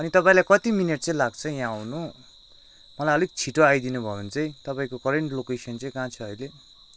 अनि तपाईँलाई कति मिनेट चाहिँ लाग्छ यहाँ आउनु मलाई अलिक छिटो आइदिनुभयो भने चाहिँ तपाईँको करेन्ट लोकेसन चाहिँ कहाँ छ अहिले